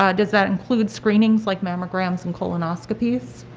ah does that include screenings like mammograms and colonoscopies.